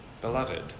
beloved